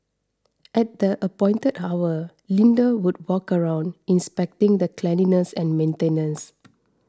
at the appointed hour Linda would walk around inspecting the cleanliness and maintenance